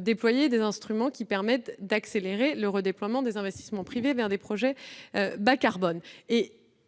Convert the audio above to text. déployer des instruments permettant d'accélérer le redéploiement des investissements privés vers des projets bas carbone.